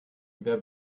wer